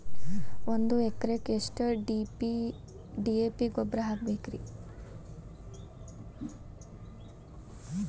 ಒಂದು ಎಕರೆಕ್ಕ ಎಷ್ಟ ಡಿ.ಎ.ಪಿ ಗೊಬ್ಬರ ಹಾಕಬೇಕ್ರಿ?